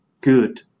good